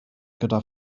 gyda